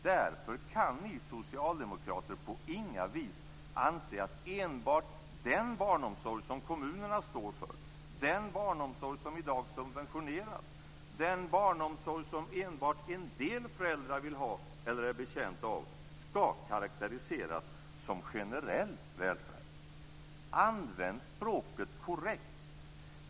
Därför kan ni socialdemokrater på inga vis anse att enbart den barnomsorg som kommunerna står för, den barnomsorg som i dag subventioneras, den barnomsorg som enbart en del föräldrar vill ha eller är betjänta av skall karakteriseras som generell välfärd. Använd språket korrekt!